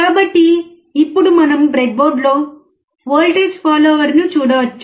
కాబట్టి ఇప్పుడు మనం బ్రెడ్బోర్డ్లో వోల్టేజ్ ఫాలోయర్ని చూడవచ్చు